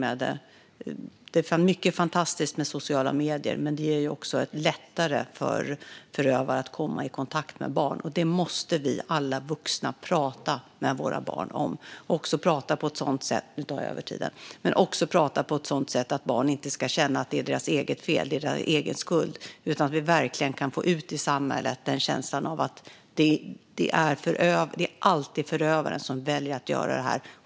Det är mycket som är fantastiskt med sociala medier, men de gör det också lättare för förövare att komma i kontakt med barn. Det måste vi alla vuxna prata med våra barn om. Vi måste också prata på ett sådant sätt att barn inte ska känna att det är deras eget fel och deras egen skuld. Vi måste verkligen få ut detta i samhället, alltså att det alltid är förövaren som väljer att göra detta.